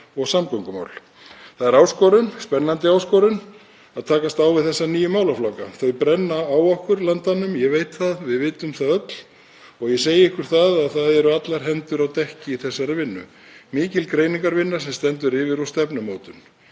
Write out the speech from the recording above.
og samgöngumál. Það er spennandi áskorun að takast á við þessa nýju málaflokka. Þeir brenna á okkur landanum, ég veit það, við vitum það öll. Ég segi ykkur það að allar hendur eru á dekki í þessari vinnu, mikil greiningarvinna stendur yfir sem og stefnumótun.